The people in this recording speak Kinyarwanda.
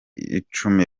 icumi